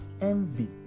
envy